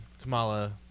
Kamala